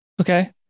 Okay